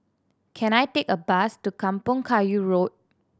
can I take a bus to Kampong Kayu Road